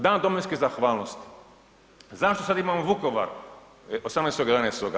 Dan Domovinske zahvalnosti, zašto sad imamo Vukovar 18. 11.